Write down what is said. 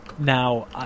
Now